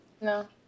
No